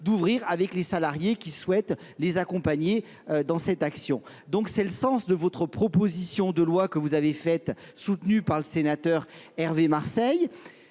d'ouvrir avec les salariés qui souhaitent les accompagner dans cette action. Donc c'est le sens de votre proposition de loi que vous avez faite, soutenue par le sénateur Hervé Marseille.